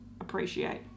appreciate